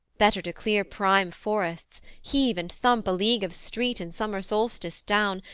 better to clear prime forests, heave and thump a league of street in summer solstice down,